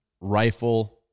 rifle